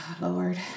Lord